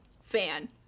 fan